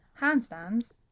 Handstands